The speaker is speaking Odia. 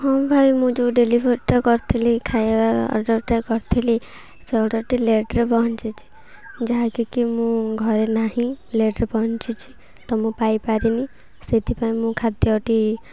ହଁ ଭାଇ ମୁଁ ଯେଉଁ ଡେଲିଭର୍ଟା କରିଥିଲି ଖାଇବା ଅର୍ଡ଼ର୍ଟା କରିଥିଲି ସେ ଅର୍ଡ଼ର୍ଟି ଲେଟ୍ରେ ପହଞ୍ଚିଛି ଯାହାକି କି ମୁଁ ଘରେ ନାହିଁ ଲେଟ୍ରେ ପହଞ୍ଚିଛି ତ ମୁଁ ପାଇପାରିନି ସେଥିପାଇଁ ମୁଁ ଖାଦ୍ୟଟି